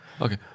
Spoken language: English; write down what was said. Okay